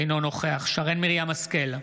אינו נוכח שרן מרים השכל,